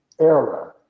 Era